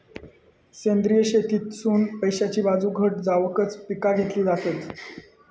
सेंद्रिय शेतीतसुन पैशाची बाजू घट जावकच पिका घेतली जातत